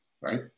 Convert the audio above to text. Right